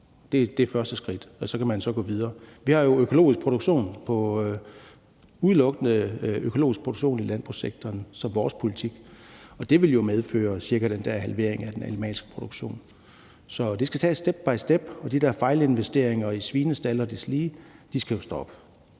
Det er første skridt, og så kan man så gå videre. Vi har jo udelukkende økologisk produktion i landbrugssektoren som vores politik, og det ville jo medføre cirka den der halvering af den animalske produktion. Så det skal tages step by step, og de der fejlinvesteringer i svinestalde og deslige skal jo stoppe.